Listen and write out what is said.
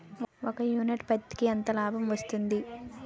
ఒక యూనిట్ పత్తికి ఎంత లాభం వస్తుంది?